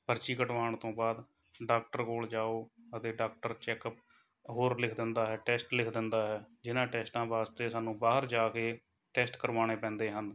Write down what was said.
ਪਰਚੀ ਕਟਵਾਉਣ ਤੋਂ ਬਾਅਦ ਡਾਕਟਰ ਕੋਲ ਜਾਓ ਅਤੇ ਡਾਕਟਰ ਚੈੱਕਅੱਪ ਹੋਰ ਲਿੱਖ ਦਿੰਦਾ ਹੈ ਟੈਸਟ ਲਿਖ ਦਿੰਦਾ ਹੈ ਜਿਨ੍ਹਾਂ ਟੈਸਟਾਂ ਵਿੱਚ ਸਾਨੂੰ ਬਾਹਰ ਜਾ ਕੇ ਟੈਸਟ ਕਰਵਾਉਣੇ ਪੈਂਦੇ ਹਨ